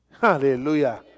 Hallelujah